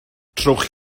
trowch